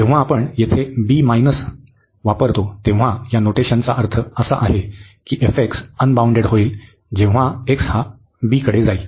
जेव्हा आपण येथे वापरतो तेव्हा या नोटेशनचा अर्थ असा आहे की अनबाऊंडेड होईल जेव्हा x हा b कडे जाईल